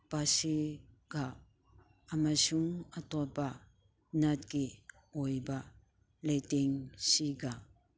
ꯄꯥꯁꯤꯒ ꯑꯃꯁꯨꯡ ꯑꯇꯣꯞꯄ ꯅꯥꯠꯀꯤ ꯑꯣꯏꯕ ꯂꯩꯇꯦꯡꯁꯤꯒ